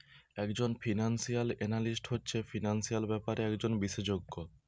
একজন financial analyst হচ্ছে financial ব্যাপারে একজন বিশেষজ্ঞ